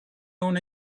own